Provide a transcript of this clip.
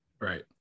Right